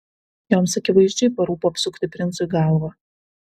joms akivaizdžiai parūpo apsukti princui galvą